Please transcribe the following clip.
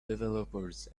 developers